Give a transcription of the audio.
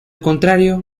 contrario